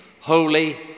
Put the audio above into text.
Holy